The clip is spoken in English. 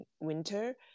winter